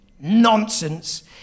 nonsense